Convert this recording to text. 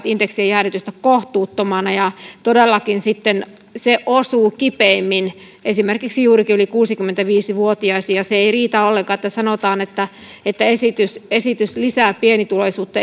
indeksien jäädytystä kohtuuttomana ja todellakin se osuu kipeimmin esimerkiksi juurikin yli kuusikymmentäviisi vuotiaisiin se ei riitä ollenkaan että sanotaan että esitys esitys lisää pienituloisuutta